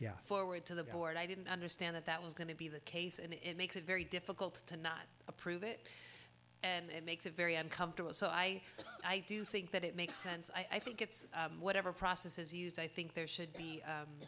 forward to the board i didn't understand that that was going to be the case and it makes it very difficult to not approve it and it makes a very uncomfortable so i i do think that it makes sense i think it's whatever process is used i think there should be